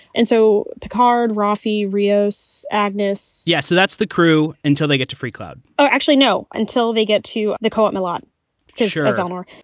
and so picard. roffey rios. agnes yes. so that's the crew until they get to free club? actually, no, until they get to the call at milan because you're a goner.